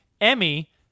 Emmy